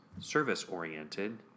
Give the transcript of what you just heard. service-oriented